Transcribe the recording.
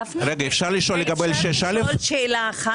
גפני, אפשר לשאול שאלה אחת?